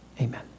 Amen